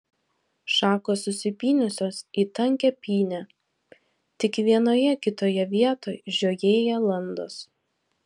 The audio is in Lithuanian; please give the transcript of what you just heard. šakos susipynusios į tankią pynę tik vienoje kitoje vietoj žiojėja landos